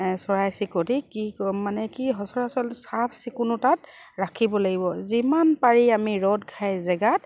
চৰাই চিৰিকটিক কি মানে কি চাফ চিকুণতাত ৰাখিব লাগিব যিমান পাৰি আমি ৰ'দ খাই জেগাত